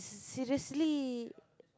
seriously